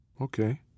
Okay